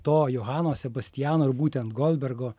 to johano sebastiano ir būtent goldbergo